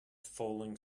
falling